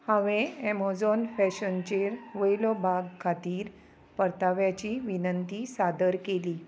हांवें एमोझॉन फॅशनचेर वयलो भाग खातीर परताव्याची विनंती सादर केली